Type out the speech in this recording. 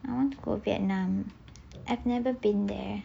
I want to go vietnam I've never been there